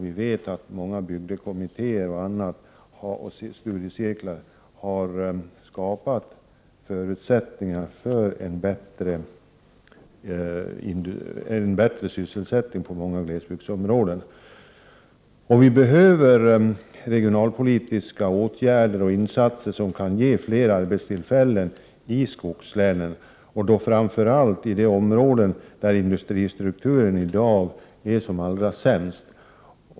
Vi vet att det genom bygdekommittér och studiecirklar har skapats förutsättningar för en förbättring av sysselsättningen inom många glesbygdsområden. Vi behöver regionalpolitiska åtgärder och insatser som kan ge fler arbetstillfällen i skogslänen framför allt inom de områden där industristrukturen i dag är som allra sämst.